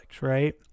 right